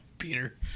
Peter